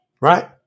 Right